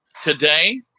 today